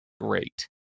Great